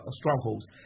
strongholds